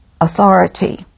authority